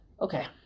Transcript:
Okay